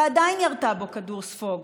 ועדיין ירתה בו כדור ספוג.